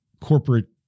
corporate